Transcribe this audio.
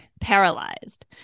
paralyzed